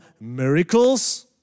miracles